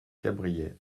cabriès